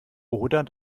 oder